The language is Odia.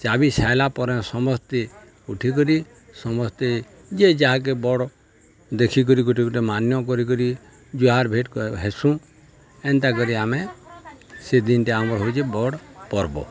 ଚାବି ସାଇଲା ପରେ ସମସ୍ତେ ଉଠିକରି ସମସ୍ତେ ଯିଏ ଯାହାକେ ବଡ଼ ଦେଖିକରି ଗୋଟେ ଗୋଟେ ମାନ୍ୟ କରିକରି ଜୁହାର ଭେଟ ହେସୁଁ ଏନ୍ତା କରି ଆମେ ସେ ଦିନଟେ ଆମର ହଉଚେ ବଡ଼ ପର୍ବ